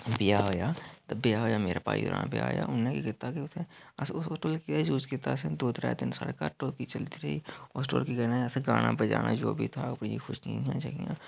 ब्याह होएया ते ब्याह होएया मेरे भाई ग्रां बेयाह होएया ते उन्नै केह् कीता के उत्थै असें उस ढोलकी दा यूज कीता असें दो त्रै दिन साढ़ै घर ढोलकी चलदी रेही उस ढोलकी कन्नै असें गाना बजाना जो बी हा अपनियां खुशियां हियां जेहड़ियां